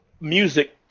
music